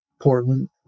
Portland